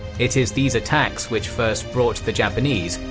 it is these attacks which first brought the japanese,